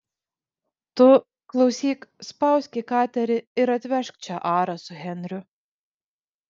tu klausyk spausk į katerį ir atvežk čia arą su henriu